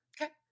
Okay